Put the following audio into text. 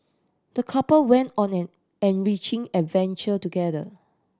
the couple went on an enriching adventure together